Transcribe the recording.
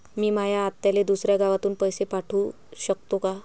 मी माया आत्याले दुसऱ्या गावातून पैसे पाठू शकतो का?